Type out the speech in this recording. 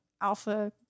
Alpha